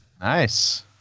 Nice